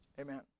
amen